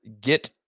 get